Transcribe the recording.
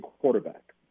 quarterback